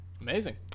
Amazing